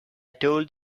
told